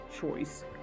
choice